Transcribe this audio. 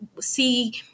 see